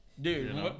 Dude